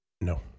No